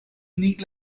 niet